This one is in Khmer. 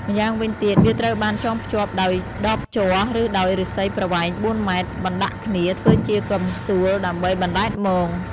ម្យ៉ាងវិញទៀត វាត្រូវបានចងភ្ជាប់ដោយដបជ័រ ឬដោយឬស្សីប្រវែង ៤ម៉ែត្រ បណ្តាក់គ្នាធ្វើជាកំសួលដើម្បីបណ្តែតមង។